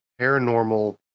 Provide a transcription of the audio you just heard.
paranormal